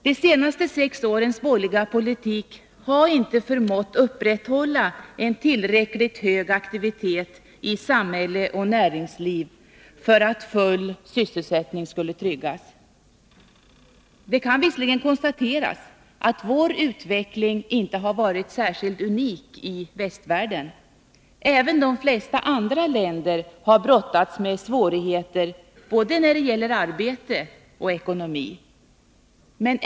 De senaste sex årens borgerliga politik har inte förmått upprätthålla en tillräckligt hög aktivitet i samhälle och näringsliv för att full sysselsättning skulle tryggas. Det kan visserligen konstateras att utvecklingen i vårt land inte har varit unik i västvärlden. Även de flesta andra länder har brottats med svårigheter när det gäller både arbete och ekonomi.